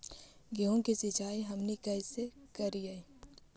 गेहूं के सिंचाई हमनि कैसे कारियय?